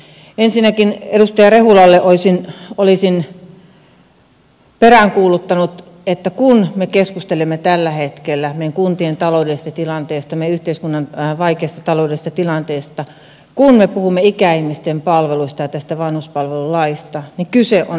ensinnäkin edustaja rehulalle olisin peräänkuuluttanut että kun me keskustelemme tällä hetkellä meidän kuntien taloudellisesta tilanteesta meidän yhteiskunnan vaikeasta taloudellisesta tilanteesta kun me puhumme ikäihmisten palveluista ja tästä vanhuspalvelulaista niin kyse on arvovalinnoista